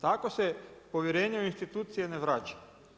Tako se povjerenje u institucije ne vraća.